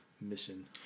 mission